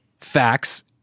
facts